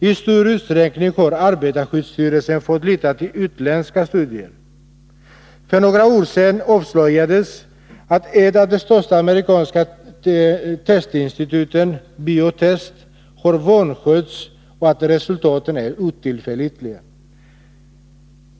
I stor utsträckning har arbetarskyddsstyrelsen fått lita till utländska studier. För några år sedan avslöjades att ett av de största amerikanska testinstituten, Biotest, har vanskötts och att resultaten är otillförlitliga.